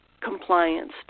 compliance